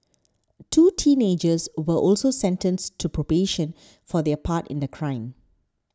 two teenagers were also sentenced to probation for their part in the crime